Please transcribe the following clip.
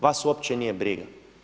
Vaš uopće nije briga.